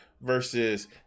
versus